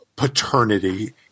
Paternity